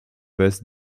bez